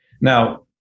now